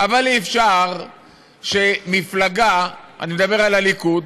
אבל אי-אפשר שמפלגה אני מדבר על הליכוד,